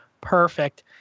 Perfect